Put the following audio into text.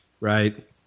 right